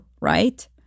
right